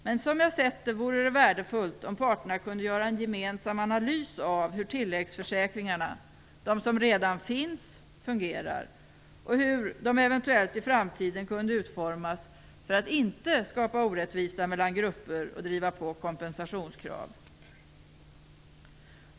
Men som jag sett det, vore det värdefullt om parterna kunde göra en gemensam analys av hur de tilläggsförsäkringar som redan finns fungerar och av hur de i framtiden skulle kunna utformas så att de inte skapar orättvisa mellan grupper och driver på kompensationskrav.